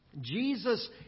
Jesus